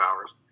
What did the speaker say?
hours